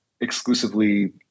exclusively